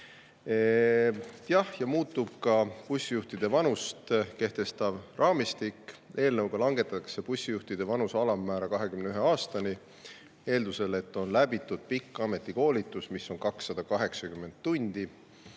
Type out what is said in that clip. Muutub ka bussijuhtide vanust kehtestav raamistik. Eelnõu kohaselt langetatakse bussijuhtide vanuse alammäära 21 aastani, eeldusel, et [juhil] on läbitud pikk ametikoolitus, mis on 280 tundi.